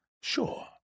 sure